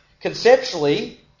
Conceptually